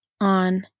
on